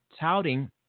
touting